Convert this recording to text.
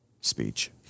speech